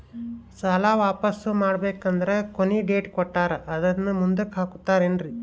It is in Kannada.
ಸಾಲ ವಾಪಾಸ್ಸು ಮಾಡಬೇಕಂದರೆ ಕೊನಿ ಡೇಟ್ ಕೊಟ್ಟಾರ ಅದನ್ನು ಮುಂದುಕ್ಕ ಹಾಕುತ್ತಾರೇನ್ರಿ?